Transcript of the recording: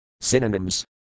Synonyms